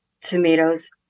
Tomatoes